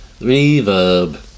reverb